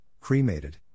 cremated